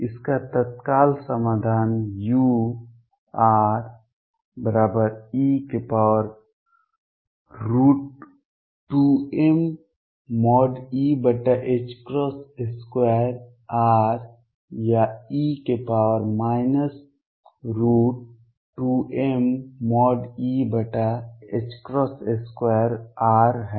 इसका तत्काल समाधान ure2mE2rया e 2mE2r है